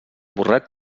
burret